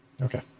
okay